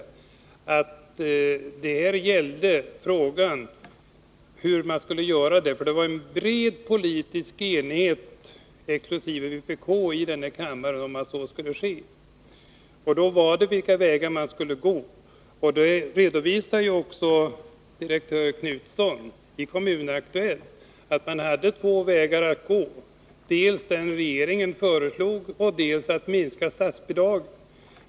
Vi skall då komma ihåg att det förelåg en bred politisk enighet här i kammaren exkl. vpk om att pengarna skall dras in till statskassan. Oenigheten i detta sammanhang gällde hur man skulle göra det. Direktör Knutsson redovisar i Kommunaktuellt också att man hade två vägar att välja emellan: dels den regeringen föreslog, dels att minska statsbidragen.